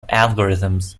algorithms